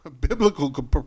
biblical